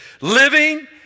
Living